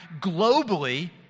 globally